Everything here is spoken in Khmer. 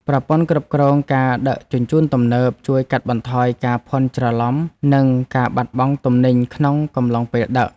ប្រព័ន្ធគ្រប់គ្រងការដឹកជញ្ជូនទំនើប ជួយកាត់បន្ថយការភ័ន្តច្រឡំនិងការបាត់បង់ទំនិញក្នុងកំឡុងពេលដឹក។